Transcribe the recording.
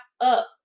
up